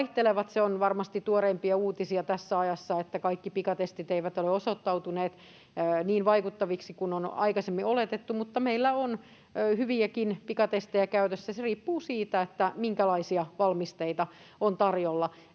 Se on varmasti tuoreimpia uutisia tässä ajassa, että kaikki pikatestit eivät ole osoittautuneet niin vaikuttaviksi kuin on aikaisemmin oletettu, mutta meillä on hyviäkin pikatestejä käytössä. Se riippuu siitä, minkälaisia valmisteita on tarjolla.